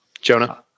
Jonah